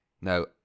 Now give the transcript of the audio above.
Now